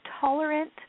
tolerant